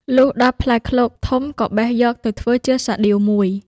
លុះដល់ផ្លែឃ្លោកធំក៏បេះយកទៅធ្វើជាសាដៀវមួយ។